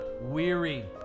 weary